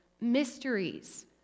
mysteries